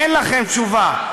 אין לכם תשובה,